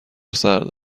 سرد